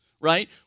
right